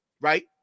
right